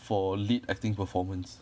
for lead acting performance